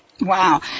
Wow